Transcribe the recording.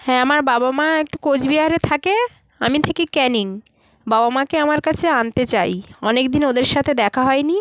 হ্যাঁ আমার বাবা মা একটু কোচবিহারে থাকে আমি থাকি ক্যানিং বাবা মাকে আমার কাছে আনতে চাই অনেক দিন ওদের সাথে দেখা হয় নি